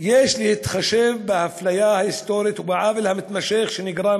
יש להתחשב באפליה ההיסטורית ובעוול המתמשך שנגרם